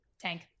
Tank